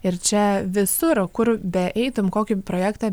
ir čia visur kur beeitum kokį projektą